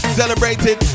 celebrated